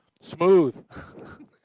Smooth